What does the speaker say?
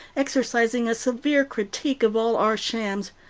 exercising a severe critique of all our shams.